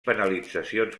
penalitzacions